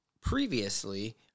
previously